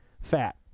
Fat